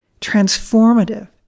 transformative